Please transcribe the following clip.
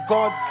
God